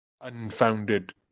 unfounded